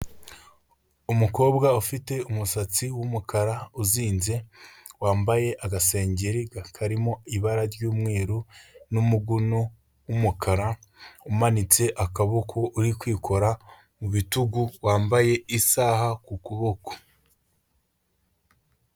Umukobwa ufite umusatsi w'umukara uzinze, wambaye agasengeri karimo ibara ry'umweru n'umuguno w'umukara umanitse akaboko, uri kwikora mu bitugu wambaye isaha ku kuboko.